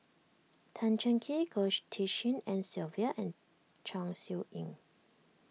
Tan Cheng Kee Goh Tshin En Sylvia and Chong Siew Ying